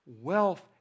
Wealth